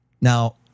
Now